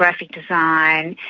graphic design,